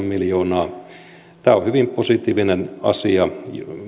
miljoonaa tämä on hyvin positiivinen asia